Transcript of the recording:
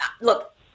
look